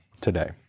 today